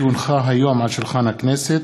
כי הונחו היום על שולחן הכנסת,